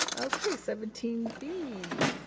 okay, seventeen b.